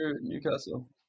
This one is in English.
Newcastle